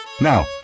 Now